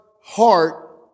heart